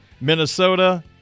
Minnesota